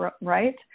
right